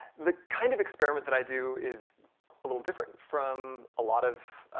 the kind of experiment that i do is a little different from a lot of,